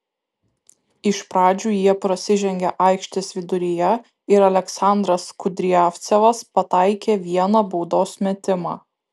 iš pradžių jie prasižengė aikštės viduryje ir aleksandras kudriavcevas pataikė vieną baudos metimą